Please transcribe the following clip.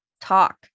talk